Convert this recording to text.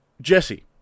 Jesse